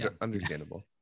Understandable